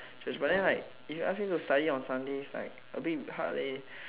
church but than like if ask me to study on Sundays like a bit hard eh